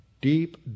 deep